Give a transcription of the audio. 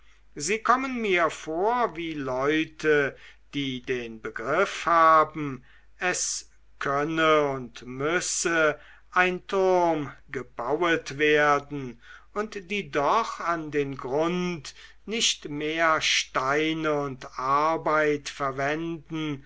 sie kommen mir vor wie leute die den begriff haben es könne und müsse ein turm gebauet werden und die doch an den grund nicht mehr steine und arbeit verwenden